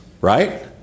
right